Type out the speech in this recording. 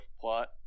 plot